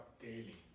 daily